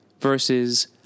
versus